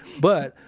but,